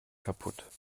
kapput